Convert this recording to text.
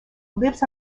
lives